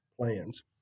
plans